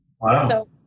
Wow